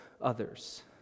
others